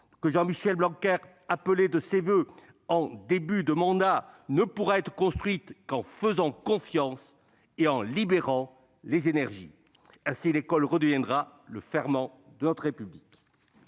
que Jean-Michel Blanquer appelait de ses voeux en début de quinquennat, ne pourra être construite qu'en faisant confiance et en libérant les énergies. Ainsi, l'école redeviendra le ferment de notre République.